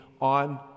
on